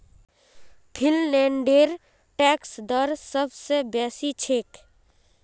फिनलैंडेर टैक्स दर सब स बेसी छेक